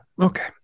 Okay